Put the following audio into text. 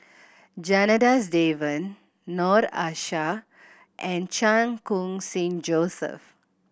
Janadas Devan Noord Aishah and Chan Khun Sing Joseph